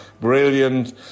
brilliant